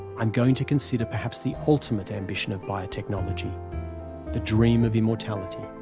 i'm going to consider perhaps the ultimate ambition of biotechnology the dream of immortality.